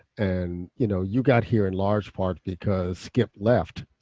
and you know you got here in large part because skip left.